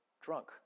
drunk